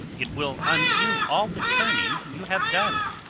it will undo all the churning you have done.